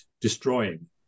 destroying